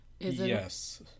Yes